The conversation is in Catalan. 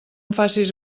facis